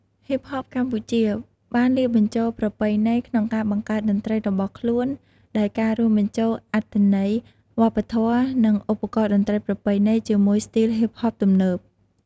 ហ៊ីបហបកម្ពុជា បានលាយបញ្ចូលប្រពៃណីក្នុងការបង្កើតតន្ត្រីរបស់ខ្លួនដោយការរួមបញ្ចូលអត្ថន័យវប្បធម៌ និងឧបករណ៍តន្ត្រីប្រពៃណីជាមួយស្ទីលហ៊ីបហបទំនើប។